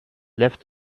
left